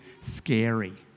scary